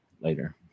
later